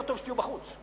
יותר טוב שתהיו בחוץ.